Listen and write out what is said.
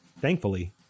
Thankfully